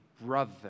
brother